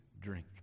drink